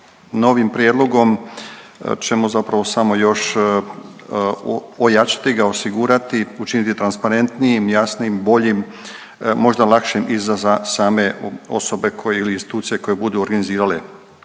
novim prijedlogom ćemo zapravo samo još ojačati ga, osigurati, učiniti transparentnijim, jasnijim, boljim, možda lakšim i za same osobe koje ili institucije koje budu organizirale